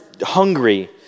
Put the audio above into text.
hungry